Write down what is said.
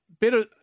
better